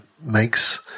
makes